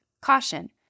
Caution